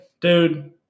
dude